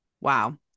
wow